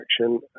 action